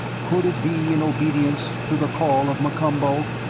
could it be in obedience to the call of m'kombo?